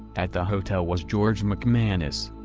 at the hotel was george mcmanus.